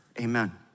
amen